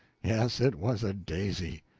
yes, it was a daisy.